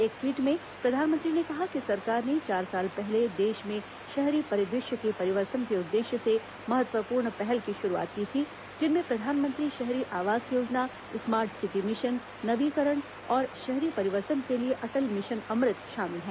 एक ट्वीट में प्रधानमंत्री ने कहा कि सरकार ने चार साल पहले देश में शहरी परिदृश्य के परिवर्तन के उद्देश्य से महत्वपूर्ण पहलों की श्रुआत की थी जिनमें प्रधानमंत्री शहरी आवास योजना स्मार्ट सिटी मिशन नवीकरण और शहरी परिवर्तन के लिए अटल मिशन अमृत शामिल हैं